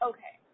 Okay